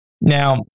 Now